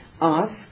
ask